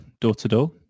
door-to-door